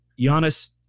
Giannis